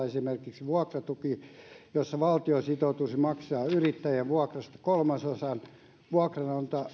esimerkiksi vuokratuki jolla valtio sitoutuisi maksamaan yrittäjän vuokrasta kolmasosan vuokranantaja pakotettaisiin